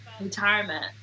retirement